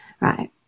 right